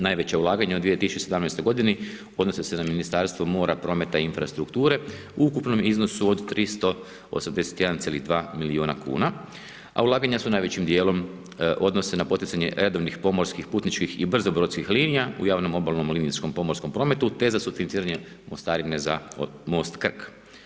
Najveća ulaganja u 2017. godini odnose se na Ministarstvo mora, prometa i infrastrukture u ukupnom iznosu od 381,2 milijuna kuna a ulaganja se najvećim dijelom odnose na poticanje redovnih pomorskih, putničkih i brzobrodskih linija u javnom obalnom linijskom pomorskom prometu te za sufinanciranje mostarine za most Krk.